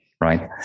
right